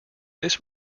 this